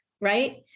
right